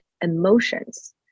emotions